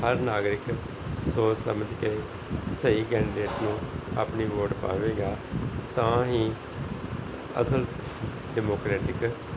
ਹਰ ਨਾਗਰਿਕ ਸੋਚ ਸਮਝ ਕੇ ਸਹੀ ਕੈਂਡੀਡੇਟ ਨੂੰ ਆਪਣੀ ਵੋਟ ਪਾਵੇਗਾ ਤਾਂ ਹੀ ਅਸਲ ਡੈਮੋਕਰੇਟਿਕ